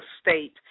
state